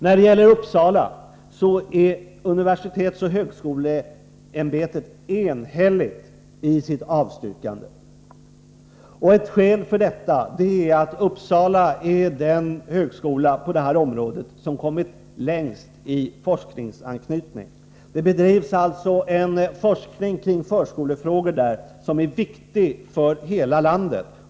När det gäller utbildningen i Uppsala är universitetsoch högskoleämbetet enhälligt i sitt avstyrkande. Ett skäl till detta är att högskolan i Uppsala är den som på det här området kommit längst i forskningsanknytning. Det bedrivs där en unik forskning kring förskolefrågor som är viktig för hela landet.